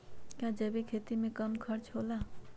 का जैविक खेती में कम खर्च होला?